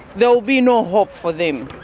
there will be no hope for them,